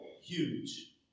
huge